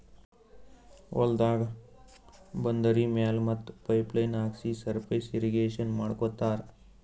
ಹೊಲ್ದ ಬಂದರಿ ಮ್ಯಾಲ್ ಮತ್ತ್ ಪೈಪ್ ಲೈನ್ ಹಾಕ್ಸಿ ಸರ್ಫೇಸ್ ಇರ್ರೀಗೇಷನ್ ಮಾಡ್ಕೋತ್ತಾರ್